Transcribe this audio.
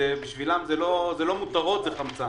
בשבילם זה לא מותרות זה חמצן.